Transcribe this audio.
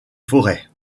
forêt